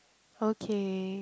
okay